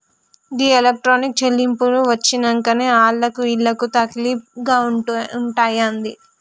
గీ electronic చెల్లింపులు వచ్చినంకనే ఆళ్లకు ఈళ్లకు తకిలీబ్ గాకుంటయింది